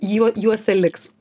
juo juose liks